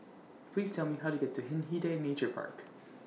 Please Tell Me How to get to Hindhede Nature Park